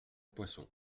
poisson